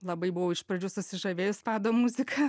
labai buvau iš pradžių susižavėjus fado muzika